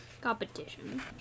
competition